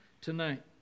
Tonight